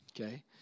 Okay